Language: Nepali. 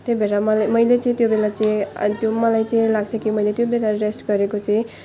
त्यही भएर मला मैले चाहिँ त्यो बेला चाहिँ त्यो मलाई चाहिँ लाग्छ कि मैले त्यो बेला रेस्ट गरेको चाहिँ